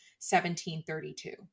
1732